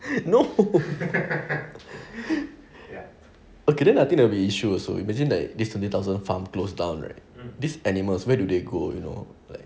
no okay then I think it'll be issue also imagine like this twenty thousand farm closed down already these animals where do they go you know like